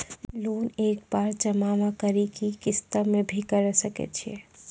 Loan एक बार जमा म करि कि किस्त मे भी करऽ सके छि?